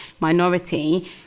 minority